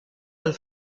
dal